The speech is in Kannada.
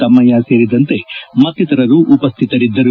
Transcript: ತಮ್ನಯ್ಯ ಸೇರಿದಂತೆ ಮತ್ತಿತರರು ಉಪಸ್ಟಿತರಿದ್ದರು